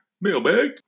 mailbag